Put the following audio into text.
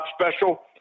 special